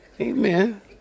Amen